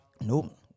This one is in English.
Nope